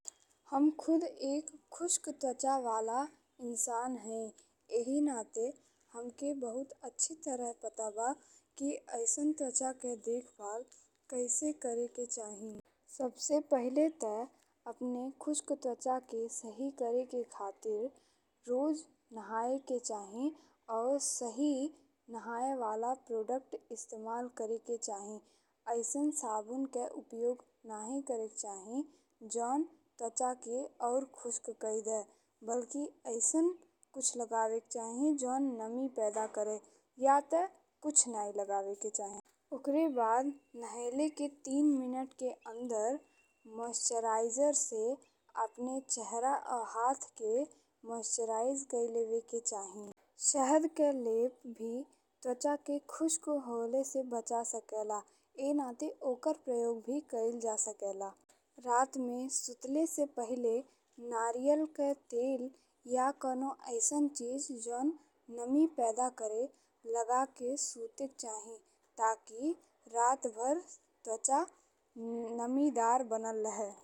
हम खुद एक खुश्क त्वचा वाला इंसान हई। एही नाते हमके बहुत अच्छी तरह पता बा कि अइसन त्वचा के देखभाल कैसे करेके चाही। सबसे पहिले ते अपने खुश्क त्वचा के सही करेके खातिर रोज नहाएके चाही और सही नहाए वाला प्रोडक्ट इस्तेमाल करेके चाही। अइसन साबुन के उपयोग नहीं करेके चाही जौन त्वचा के और खुश्क कइ दे बल्कि अइसन कुछ लगावेके चाही जौन नमी पैदा कर या ते कुछ नहीं लगावेके चाही। ओकरे बाद नहाईले के तीन मिनट के अंदर मॉइस्चराइजर से अपने चेहरा और हाथ के मॉइस्चराइज कइलेके चाही। शहद के लेप भी त्वचा के खुश्क होले से बचा सकेला एही नाते ओकर प्रयोग भी कैल जा सकेला। रात में सुतले से पहिले नारियल के तेल या कऊन अइसन चीज जौन नमी पैदा कर लगा के सूतेक चाही ताकि रातभर त्वचा नमिदार बनल रहे।